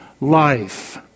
life